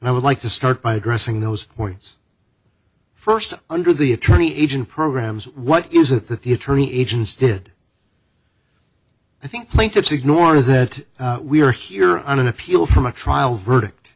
and i would like to start by dressing those points first under the attorney agent programs what is it that the attorney agents did i think plaintiffs ignore that we are here on an appeal from a trial verdict